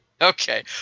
okay